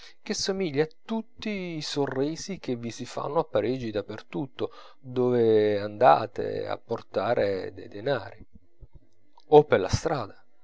che somiglia a tutti i sorrisi che vi si fanno a parigi da per tutto dove andate a portar dei denari o per la strada